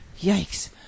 Yikes